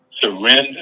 surrender